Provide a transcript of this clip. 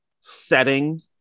setting